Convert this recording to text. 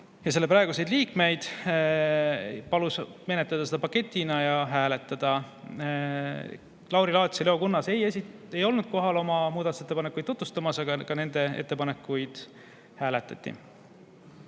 ja selle praeguseid liikmeid ning palus menetleda seda paketina ja hääletada. Lauri Laats ja Leo Kunnas ei olnud kohal oma muudatusettepanekuid tutvustamas, aga ka nende ettepanekuid hääletati.